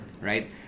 Right